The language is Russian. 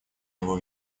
его